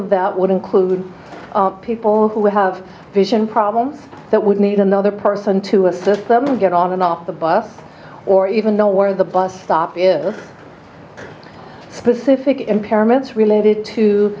of that would include people who have vision problems that would need another person to assist them get on and off the bus or even know where the bus stop is specific impairments related to